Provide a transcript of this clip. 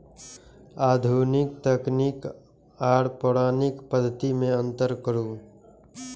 आधुनिक तकनीक आर पौराणिक पद्धति में अंतर करू?